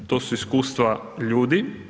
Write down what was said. To su iskustva ljudi.